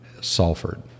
Salford